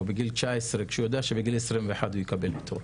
20 כשהוא יודע שבגיל 21 הוא יקבל פטור?